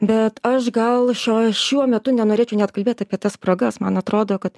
bet aš gal šioj šiuo metu nenorėčiau net kalbėt apie tas spragas man atrodo kad